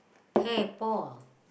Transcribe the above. hey Paul